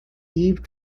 eve